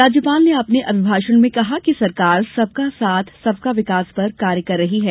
राज्यपाल ने अपने अभिभाषण में कहा कि सरकार सबका साथ सबका विकास पर कार्य कर रही है